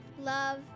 love